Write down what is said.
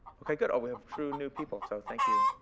ok, good. we have true new people. so, thank you.